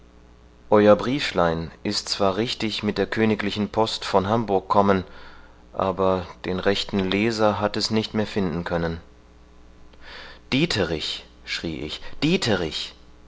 euer brieflein ist zwar richtig mit der königlichen post von hamburg kommen aber den rechten leser hat es nicht mehr finden können dieterich schrie ich dieterich